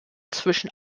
zwischen